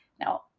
now